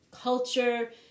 culture